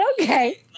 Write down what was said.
okay